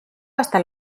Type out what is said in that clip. hasta